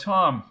Tom